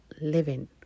living